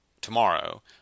tomorrow